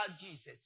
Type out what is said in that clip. Jesus